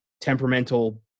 temperamental